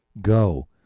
go